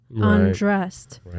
undressed